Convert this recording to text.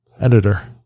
editor